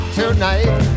tonight